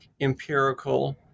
empirical